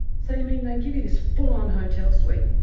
so you mean, they give you this full-on hotel suite,